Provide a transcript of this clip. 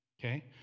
okay